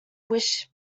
wish